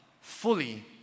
fully